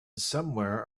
somewhere